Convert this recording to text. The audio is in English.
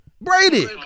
Brady